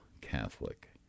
Catholic